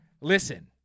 listen